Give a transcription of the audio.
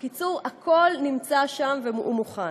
בקיצור, הכול נמצא שם ומוכן.